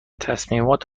تصمیمات